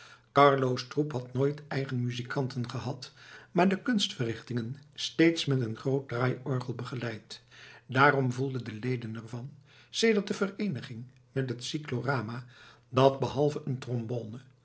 carlo's troep had nooit eigen muzikanten gehad maar de kunstverrichtingen steeds met een groot draaiorgel begeleid daarom voelden de leden er van sedert de vereeniging met het cyclorama dat behalve een trombone